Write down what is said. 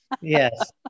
Yes